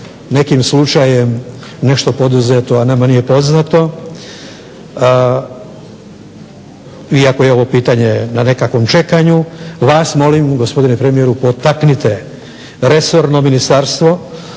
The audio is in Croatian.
nekim slučajem nešto poduzeto, a nama nije poznato iako je ovo pitanje na nekakvom čekanju vas molim gospodine premijeru potaknite resorno ministarstvo.